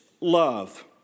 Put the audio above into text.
love